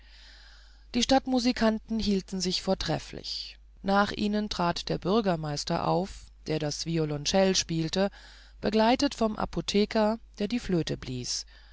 die stadtmusikanten hielten sich vortrefflich nach ihnen trat der bürgermeister auf der das violoncell spielte begleitet vom apotheker der die flöte blies